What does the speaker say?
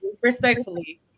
Respectfully